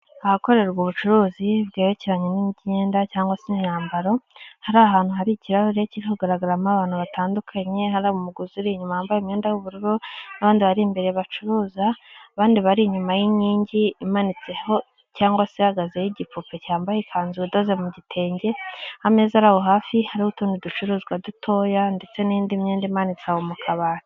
Ahakorerwa ubucuruzi bwerekeranye n'imyenda cyangwa se imyambaro, hari ahantu hari ikirahure kiri hagaragaramo abantu batandukanye, hari umuguzi uri inyuma wambaye imyenda y'ubururu, n'abandi bari imbere bacuruza, abandi bari inyuma y'inkingi imanitseho cyangwa se ihagazeho igipupe cyambaye ikanzu idoze mu gitenge, ameza ari aho hafi hari utundi ducuruzwa dutoya ndetse n'indi myenda imanitse mu kabati.